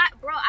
Bro